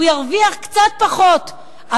הוא ירוויח קצת פחות,